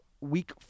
week